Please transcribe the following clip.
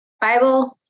Bible